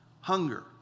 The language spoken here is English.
hunger